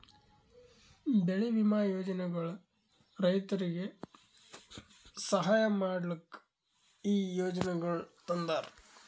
ಬೆಳಿ ವಿಮಾ ಯೋಜನೆಗೊಳ್ ರೈತುರಿಗ್ ಸಹಾಯ ಮಾಡ್ಲುಕ್ ಈ ಯೋಜನೆಗೊಳ್ ತಂದಾರ್